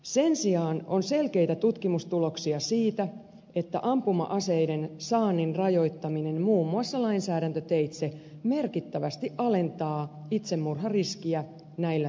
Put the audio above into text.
sen sijaan on selkeitä tutkimustuloksia siitä että ampuma aseiden saannin rajoittaminen muun muassa lainsäädäntöteitse merkittävästi alentaa itsemurhariskiä näillä tekotavoilla